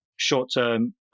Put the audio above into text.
short-term